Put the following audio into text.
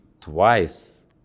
twice